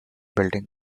building